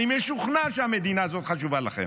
אני משוכנע שהמדינה הזאת חשובה לכם.